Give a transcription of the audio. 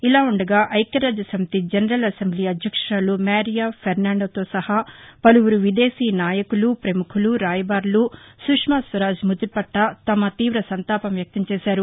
ఇలాఉండగా ఐక్యరాజ్యసమితి general assembly అధ్యక్షురాలు Maria ఫెర్నాండాతో సహా పలువురు విదేశీ నాయకులు ప్రముఖులు రాయబారులు సుష్మాస్వరాజ్ మృతిపట్ల తమ తీవ సంతాపం వ్యక్తంచేశారు